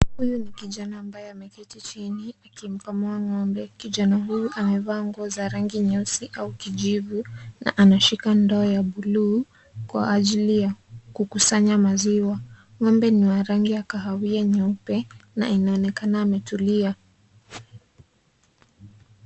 Huyu ni kijana ambaye ameketi chini akimkamua ng'ombe. Kijana huyu amevaa nguo za rangi nyeusi au kijivu na anashika ndoo ya bluu kwa ajili ya kukusanya maziwa. Ng'ombe ni wa rangi ya kahawia nyeupe na inaonekana ametulia.